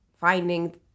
finding